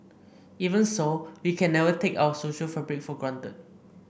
even so we can never take our social fabric for granted